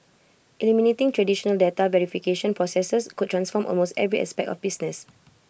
eliminating traditional data verification processes could transform almost every aspect of business